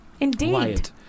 indeed